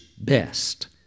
best